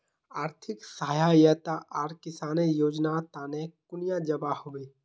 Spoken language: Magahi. आर्थिक सहायता आर किसानेर योजना तने कुनियाँ जबा होबे?